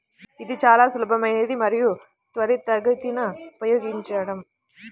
ఇది చాలా సులభమైనది మరియు త్వరితగతిన ఉపయోగించడం